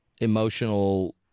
emotional